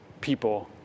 people